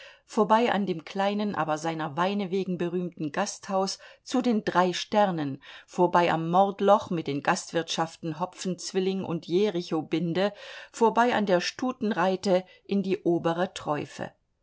vorbei an dem kleinen aber seiner weine wegen berühmten gasthaus zu den drei sternen vorbei am mordloch mit den gastwirtschaften hopfenzwilling und jerichobinde vorbei an der stutenreite in die obere träufe